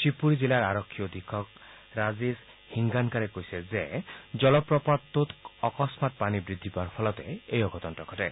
শিৱপুৰী জিলাৰ আৰক্ষী অধীক্ষক ৰাজেশ হিংগানকাৰে কৈছে যে জলপ্ৰপাতটোত অকস্মাত পানী বৃদ্ধি পোৱাৰ ফলতে এই অঘটনতো ঘটে